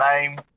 name